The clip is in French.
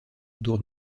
autour